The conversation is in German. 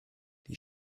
die